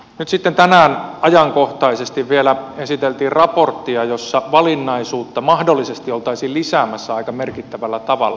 nyt sitten tänään ajankohtaisesti vielä esiteltiin raporttia jossa valinnaisuutta mahdollisesti oltaisiin lisäämässä aika merkittävällä tavalla